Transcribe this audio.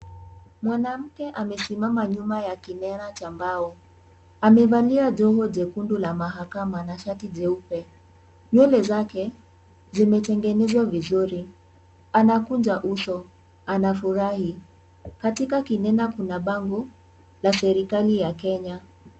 Mwanamke amesimama nyuma ya kinara cha mbao. Amevalia joho jekundu la mahakama na shati jeupe. Nywele zake zimetengenezwa vizuri. Anakunja uso anafurahi. Katika kinara kuna bango la serikali ya Kenya.